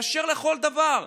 באשר לכל דבר.